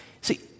See